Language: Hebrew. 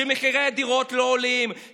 שמחירי הדירות לא עולים,